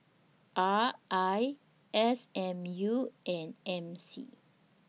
R I S M U and M C